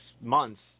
months